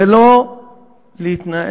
(תרועת